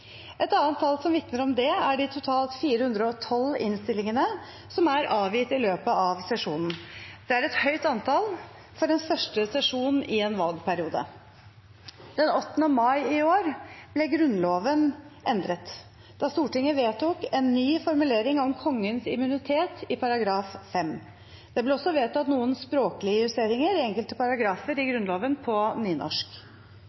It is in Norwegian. Et annet tall som vitner om det, er de totalt 412 innstillingene som er avgitt i løpet av sesjonen. Det er et høyt antall for en første sesjon i en valgperiode. Den 8. mai i år ble Grunnloven endret da Stortinget vedtok en ny formulering om Kongens immunitet i § 5. Det ble også vedtatt noen språklige justeringer i enkelte paragrafer i